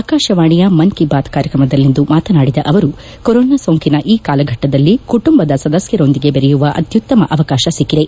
ಆಕಾಶವಾಣಿಯ ಮನ್ ಕಿ ಬಾತ್ ಕಾರ್ಯಕ್ರಮದಲ್ಲಿಂದು ಮಾತನಾಡಿದ ಅವರು ಕೊರೊನಾ ಸೋಂಕಿನ ಈ ಕಾಲಘಟ್ಟದಲ್ಲಿ ಕುಟುಂಬದ ಸದಸ್ಯರೊಂದಿಗೆ ಬೆರೆಯುವ ಅತ್ಯುತ್ತಮ ಅವಕಾಶ ಸಿಕ್ಕಿದೆ